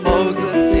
Moses